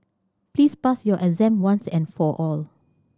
please pass your exam once and for all